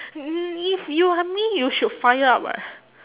you are mean you should fire up [what]